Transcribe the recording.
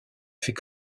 fait